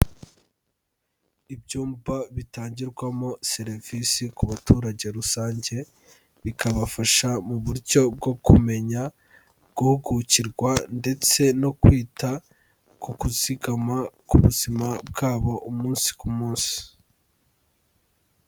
Ibyumba bitangirwamo serivisi ku baturage rusange, bikabafasha mu buryo bwo kumenya, guhugukirwa ndetse no kwita ku kuzigama ku buzima bwabo umunsi ku munsi.